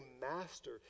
master